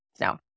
No